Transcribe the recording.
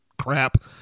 crap